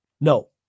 no